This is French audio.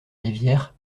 rivières